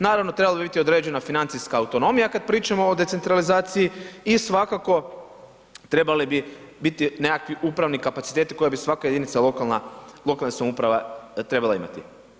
Naravno trebala bi biti određena financijska autonomija kad pričamo o decentralizaciji i svakako trebali bi biti nekakvi upravni kapaciteti koje bi svaka jedinica lokalna, lokalne samouprave trebala imati.